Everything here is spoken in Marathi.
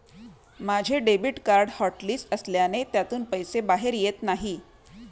माझे डेबिट कार्ड हॉटलिस्ट असल्याने त्यातून पैसे बाहेर येत नाही